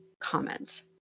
comment